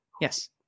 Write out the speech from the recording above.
Yes